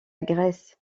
grèce